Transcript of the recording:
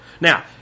Now